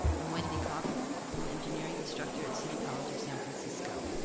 am wendy kaufman, um an engineering instructor at city college of san francisco.